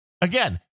Again